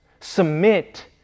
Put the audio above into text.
Submit